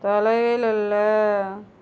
தொலைவில் உள்ள